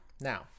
now